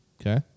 Okay